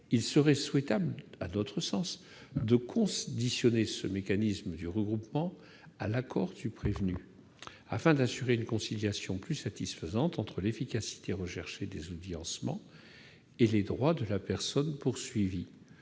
sens souhaitable de conditionner le mécanisme du regroupement à l'accord du prévenu, afin d'assurer une conciliation plus satisfaisante entre l'efficacité recherchée des audiencements et les droits de la personne poursuivie.